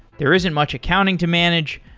there isn't much accounting to manage,